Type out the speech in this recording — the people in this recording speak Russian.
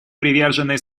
привержены